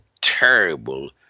terrible